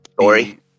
story